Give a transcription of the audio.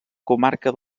comarca